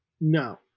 No